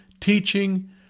teaching